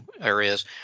areas